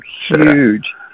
huge